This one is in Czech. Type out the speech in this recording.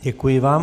Děkuji vám.